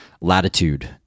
latitude